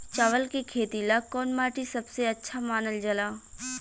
चावल के खेती ला कौन माटी सबसे अच्छा मानल जला?